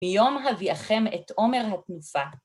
‫מיום הביאכם את עומר התנופה.